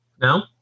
No